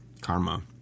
Karma